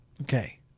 Okay